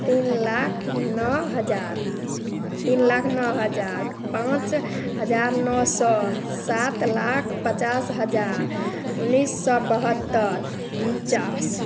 तीन लाख नौ हज़ार तीन लाख नौ हज़ार पाँच हज़ार नौ सौ सात लाख पचास हज़ार उन्निस सौ बहत्तर उन्चास